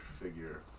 figure